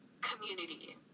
community